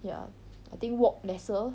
ya I think walk lesser